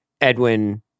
Edwin